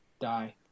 Die